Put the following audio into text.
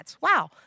Wow